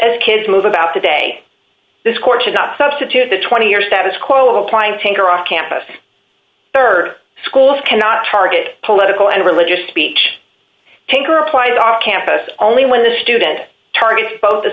as kids move about today this court should not substitute the twenty year status quo of trying to take her off campus her schools cannot target political and religious speech take her plight off campus only when the student targets both a